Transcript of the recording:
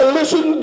listen